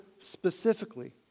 specifically